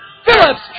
Phillips